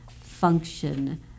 function